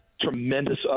tremendous